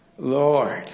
Lord